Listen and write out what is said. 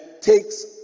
takes